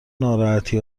ناراحتی